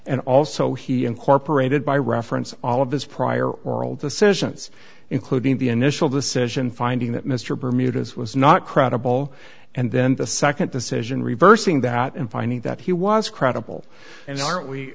and also he incorporated by reference all of this prior oral the sessions including the initial decision finding that mr bermudez was not credible and then the second decision reversing that and finding that he was credible and aren't we